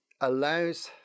allows